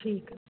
ਠੀਕ ਆ